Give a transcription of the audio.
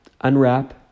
unwrap